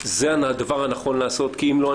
זה הדבר הנכון לעשות כי אם לא,